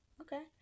Okay